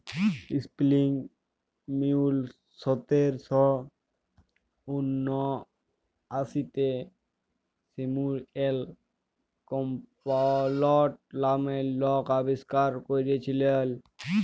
spinning mule সতের শ উনআশিতে স্যামুয়েল ক্রম্পটল লামের লক আবিষ্কার ক্যইরেছিলেল